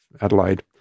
Adelaide